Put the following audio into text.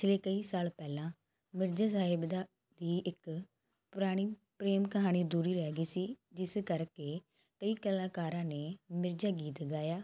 ਪਿਛਲੇ ਕਈ ਸਾਲ ਪਹਿਲਾਂ ਮਿਰਜੇ ਸਾਹਿਬ ਦਾ ਹੀ ਇੱਕ ਪੁਰਾਣੀ ਪ੍ਰੇਮ ਕਹਾਣੀ ਅਧੂਰੀ ਰਹਿ ਗਈ ਸੀ ਜਿਸ ਕਰਕੇ ਕਈ ਕਲਾਕਾਰਾਂ ਨੇ ਮਿਰਜਾ ਗੀਤ ਗਾਇਆ